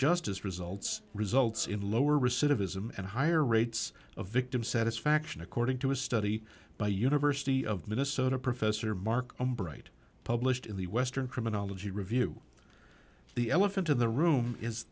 justice results results in lower recidivism and higher rates of victim satisfaction according to a study by university of minnesota professor markham bright published in the western criminology review the elephant in the room is